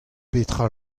petra